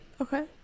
Okay